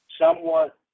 somewhat